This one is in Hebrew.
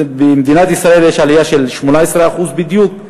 במדינת ישראל יש עלייה של 18% בדיוק.